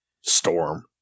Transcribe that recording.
Storm